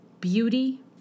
Beauty